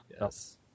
Yes